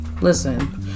Listen